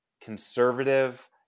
conservative